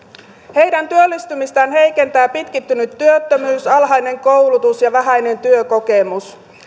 heidän työllistymistään heikentävät pitkittynyt työttömyys alhainen koulutus ja vähäinen työkokemus